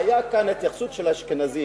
הבעיה כאן היא ההתייחסות של האשכנזים,